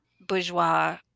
bourgeois